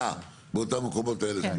אה, באותם המקומות האלה.